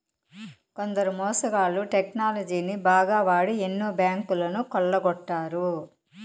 కొందరు మోసగాళ్ళు టెక్నాలజీని బాగా వాడి ఎన్నో బ్యాంకులను కొల్లగొట్టారు